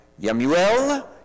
Yamuel